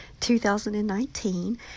2019